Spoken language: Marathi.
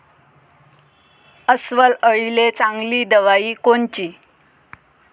अस्वल अळीले चांगली दवाई कोनची?